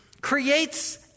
creates